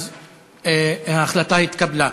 ההחלטה התקבלה.